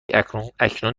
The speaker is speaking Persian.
اکنون